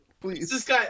please